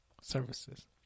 services